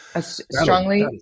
Strongly